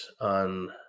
on